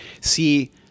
See